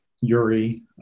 Yuri